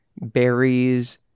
berries